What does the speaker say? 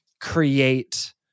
create